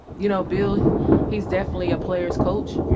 you know bill he's definitely a players coach.